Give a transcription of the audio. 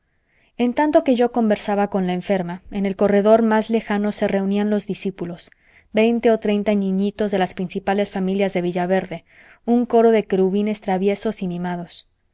en tanto que yo conversaba con la enferma en el corredor más lejano se reunían los discípulos veinte o treinta niñitos de las principales familias de villaverde un coro de querubines traviesos y mimados